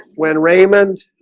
when raymond